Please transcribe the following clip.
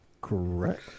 Correct